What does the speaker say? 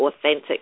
authentic